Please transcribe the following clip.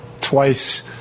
Twice